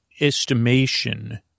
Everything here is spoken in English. estimation